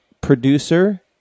producer